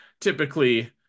typically